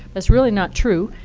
that's really not true.